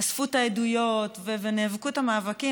אספו את העדויות ונאבקו את המאבקים.